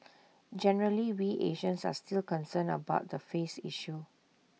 generally we Asians are still concerned about the 'face' issue